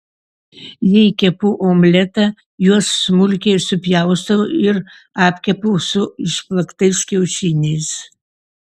jei kepu omletą juos smulkiai supjaustau ir apkepu su išplaktais kiaušiniais